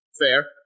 Fair